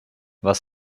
was